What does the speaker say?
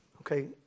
Okay